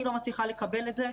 אני לא מצליחה לקבל את זה.